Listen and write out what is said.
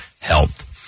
health